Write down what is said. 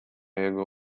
jego